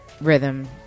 rhythm